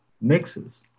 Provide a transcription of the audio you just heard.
mixes